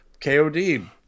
KOD